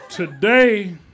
Today